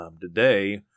Today